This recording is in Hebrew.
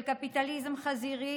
של קפיטליזם חזירי